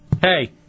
Hey